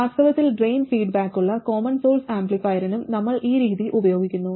വാസ്തവത്തിൽ ഡ്രെയിൻ ഫീഡ്ബാക്കുള്ള common source ആംപ്ലിഫയറിനും നമ്മൾ ഈ രീതി ഉപയോഗിക്കുന്നു